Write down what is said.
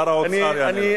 שר האוצר יענה לך.